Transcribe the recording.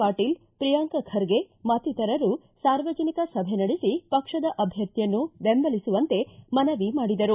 ಪಾಟೀಲ್ ಪ್ರಿಯಾಂಕ ಖರ್ಗೆ ಮತ್ತಿತರರು ಸಾರ್ವಜನಿಕ ಸಭೆ ನಡೆಸಿ ಪಕ್ಷದ ಅಭ್ಯರ್ಥಿಯನ್ನು ಬೆಂಬಲಿಸುವಂತೆ ಮನವಿ ಮಾಡಿದರು